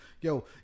yo